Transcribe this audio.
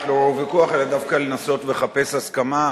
לעורר ויכוח אלא דווקא לנסות לחפש הסכמה,